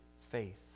faith